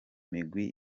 migwi